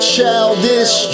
Childish